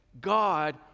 God